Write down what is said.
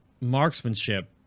marksmanship